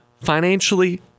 Financially